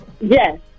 Yes